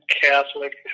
Catholic